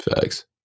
Facts